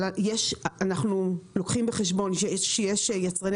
אבל אנחנו לוקחים בחשבון שיש יצרני